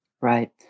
Right